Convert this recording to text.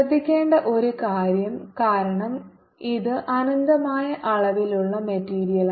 ശ്രദ്ധിക്കേണ്ട ഒരു കാര്യം കാരണം ഇത് അനന്തമായ അളവിലുള്ള മെറ്റീരിയലാണ്